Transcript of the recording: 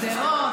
שדרות,